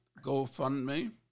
GoFundMe